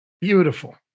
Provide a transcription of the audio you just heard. Beautiful